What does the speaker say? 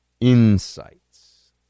insights